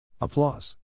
Applause